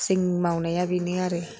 जों मावनाया बेनो आरो